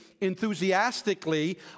enthusiastically